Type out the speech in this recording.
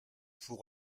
pour